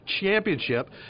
championship